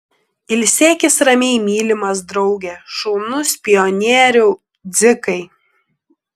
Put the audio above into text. ilsėkis ramiai mylimas drauge šaunus pionieriau dzikai